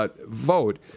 Vote